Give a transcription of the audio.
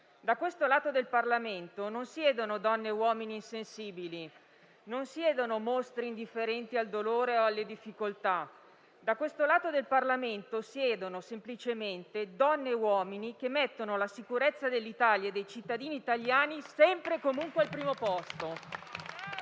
da questo lato dell'emiciclo non siedono donne e uomini insensibili, non siedono mostri indifferenti al dolore o alle difficoltà; da questo lato, siedono semplicemente donne e uomini che mettono la sicurezza dell'Italia e dei cittadini italiani sempre e comunque al primo posto.